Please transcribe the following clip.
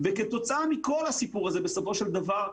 וכתוצאה מכול הסיפור הזה בסופו של דבר: